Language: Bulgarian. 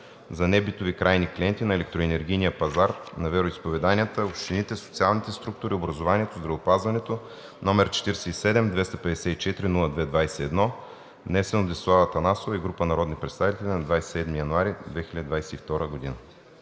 за небитови крайни клиенти на електроенергийния пазар на вероизповеданията, общините, социалните структури, образованието, здравеопазването, № 47-254-02-21, внесен от Десислава Атанасова и група народни представители на 27 януари 2022 г.“